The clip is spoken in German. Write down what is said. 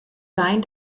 sein